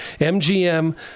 MGM